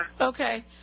Okay